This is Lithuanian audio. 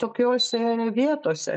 tokiose vietose